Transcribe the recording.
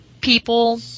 people